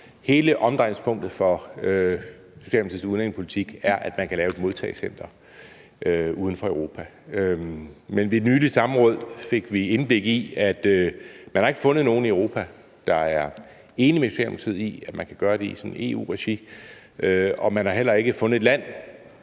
Hele omdrejningspunktet for Socialdemokratiets udlændingepolitik er, at man kan lave et modtagecenter uden for Europa. Men ved et nyligt samråd fik vi indblik i, at man ikke har fundet nogen i Europa, der er enig med Socialdemokratiet i, at man kan gøre det i EU-regi. Og man har heller ikke fundet et land